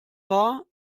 war